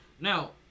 Now